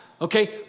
okay